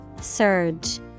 Surge